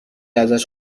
ازش